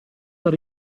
del